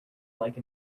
like